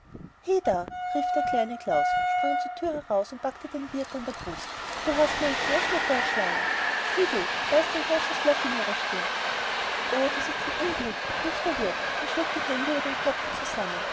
heda rief der kleine klaus sprang zur thür heraus und packte den wirt an der brust da hast du meine großmutter erschlagen siehst du da ist ein großes loch in ihrer stirn o das ist ein unglück rief der wirt und schlug die hände über dem kopfe zusammen